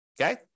okay